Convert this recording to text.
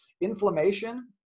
Inflammation